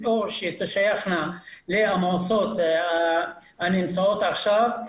או שתשתייכנה למועצות הנמצאות עכשיו.